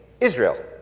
Israel